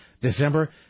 December